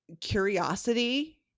curiosity